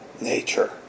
nature